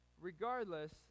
Regardless